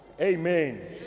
Amen